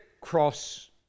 cross